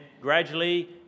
gradually